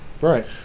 Right